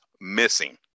missing